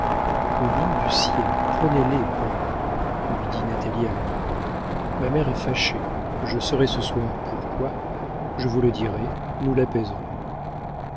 au nom du ciel prenez-les paul lui dit natalie à l'oreille ma mère est fâchée je saurai ce soir pourquoi je vous le dirai nous l'apaiserons